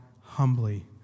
humbly